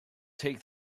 take